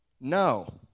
No